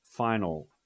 final